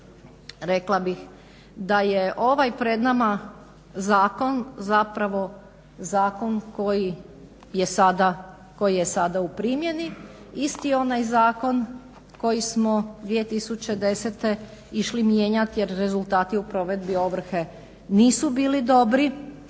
rekla bih da je ovaj zakon pred nama zapravo zakon koji je sada u primjeni. Isti onaj zakon koji smo 2010.išli mijenjati jer rezultati u provedbi ovrhe nisu bili dobri